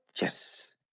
Yes